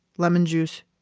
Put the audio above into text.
lemon juice,